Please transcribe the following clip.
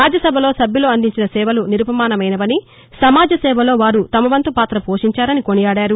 రాజ్యసభలో సభ్యులు అందించిన సేవలు నిరుపమానమైనవని సమాజ సేవలో వారు తమ వంతు పాత్ర పోషించారని కొనియాడారు